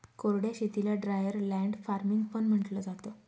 कोरड्या शेतीला dryer land farming पण म्हंटलं जातं